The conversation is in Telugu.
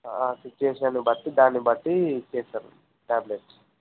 ఆ సిచ్యువేషన్ని బట్టి దాన్ని బట్టి ఇస్తారండి టాబ్లెట్స్